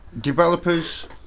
developers